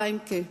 חיימקה,